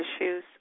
issues